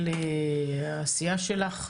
תודה על העשייה שלך.